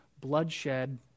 bloodshed